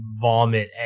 vomit